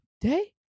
day